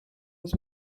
was